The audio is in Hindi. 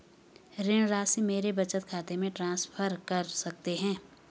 ऋण राशि मेरे बचत खाते में ट्रांसफर कर सकते हैं?